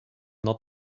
not